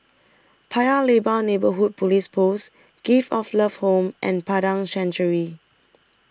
Paya Lebar Neighbourhood Police Post Gift of Love Home and Padang Chancery